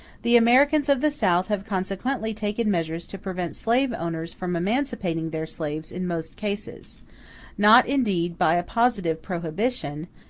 the americans of the south have consequently taken measures to prevent slave-owners from emancipating their slaves in most cases not indeed by a positive prohibition,